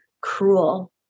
cruel